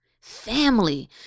Family